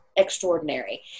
extraordinary